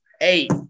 eight